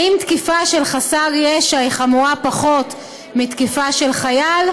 האם תקיפה של חסר ישע חמורה פחות מתקיפה של חייל?